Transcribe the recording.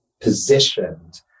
positioned